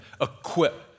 Equip